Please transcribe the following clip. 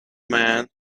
man